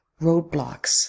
roadblocks